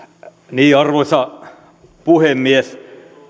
arvoisa puhemies